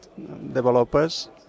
developers